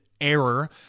error